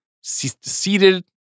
Seated